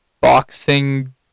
boxing